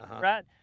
right